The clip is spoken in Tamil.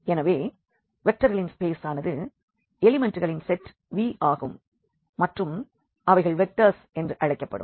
எனவே வெக்டர்களின் ஸ்பேஸானது எலிமண்ட்டுகளின் செட் V ஆகும் மற்றும் அவைகள் வெக்டர்ஸ் என்றழைக்கப்படும்